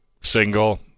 single